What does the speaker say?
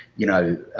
you know,